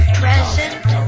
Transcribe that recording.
present